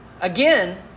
again